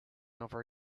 over